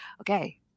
okay